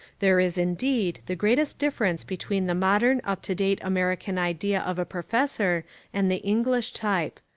there is indeed the greatest difference between the modern up-to-date american idea of a professor and the english type.